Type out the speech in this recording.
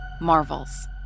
Marvels